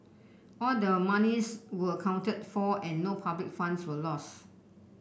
all the monies were accounted for and no public funds were lost